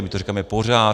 My to říkáme pořád.